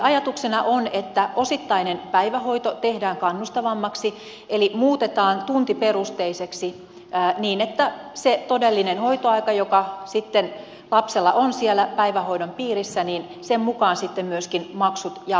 ajatuksena on että osittainen päivähoito tehdään kannustavammaksi eli muutetaan tuntiperusteiseksi niin että maksut jaotellaan todellisen hoitoajan mukaan joka lapsella on päivähoidon piirissä niin sen mukaan sitten myöskin maksu ja